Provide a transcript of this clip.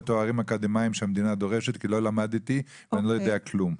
התארים האקדמיים שהמדינה דורשת כי לא למדתי ואני לא יודע כלום,